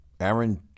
Aaron